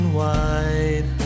wide